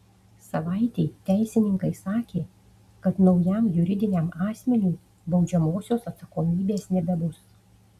savaitei teisininkai sakė kad naujam juridiniam asmeniui baudžiamosios atsakomybės nebebus